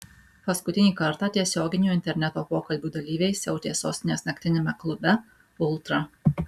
paskutinį kartą tiesioginių interneto pokalbių dalyviai siautė sostinės naktiniame klube ultra